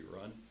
run